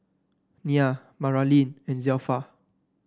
Nyah Maralyn and Zelpha